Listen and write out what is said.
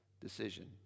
decision